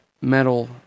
Metal